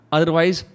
Otherwise